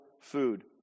food